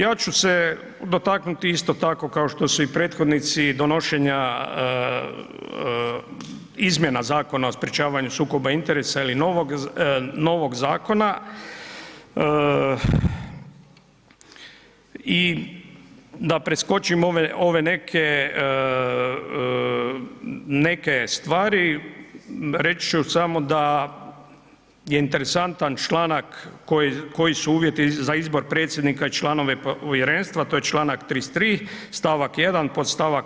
Ja ću se dotaknuti isto tako kao što su i prethodnici, donošenja izmjena Zakona o sprječavanju sukoba interesa ili novog zakona i da preskočim ove neke, neke stvari, reći ću samo da je interesantan članak koji su uvjeti za izbor predsjednika i članove povjerenstva, to je čl. 33. st. 1. podst.